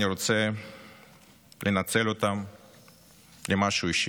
אני רוצה לנצל אותן למשהו אישי.